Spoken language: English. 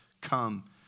come